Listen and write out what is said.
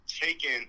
taken